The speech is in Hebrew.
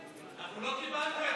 אנחנו לא קיבלנו את